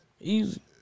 Easy